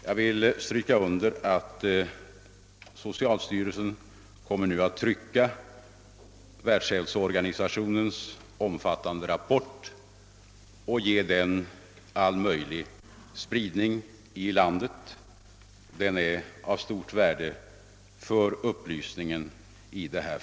Jag vill understryka att socialstyrelsen nu kommer att trycka Världshälsoorganisationens omfattande rapport och ge den all möjlig spridning i landet. Den är av stort värde för upplysningen i detta fall.